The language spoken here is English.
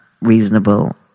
reasonable